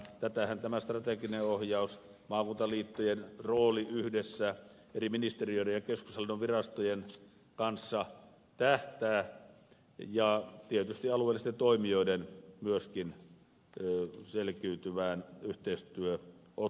tähänhän tämä strateginen ohjaus maakuntaliittojen rooli yhdessä eri ministeriöiden ja keskushallinnon virastojen kanssa tähtää ja tietysti myöskin alueellisten toimijoiden selkiytyvään yhteistyöotteeseen